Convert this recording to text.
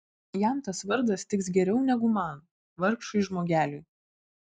jam tas vardas tiks geriau negu man vargšui žmogeliui